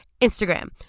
Instagram